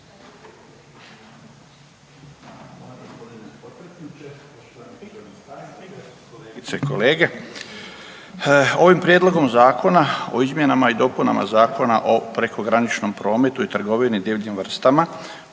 kolege. Ovim prijedlogom zakona o izmjenama i dopunama Zakona o prekograničnom prometu i trgovini divljim vrstama